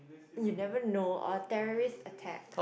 you never know or terrorist attack